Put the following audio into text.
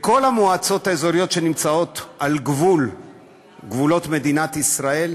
בכל המועצות האזוריות שנמצאות על גבולות מדינת ישראל